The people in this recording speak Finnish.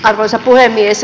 arvoisa puhemies